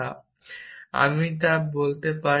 তা আমরা বলতে পারি না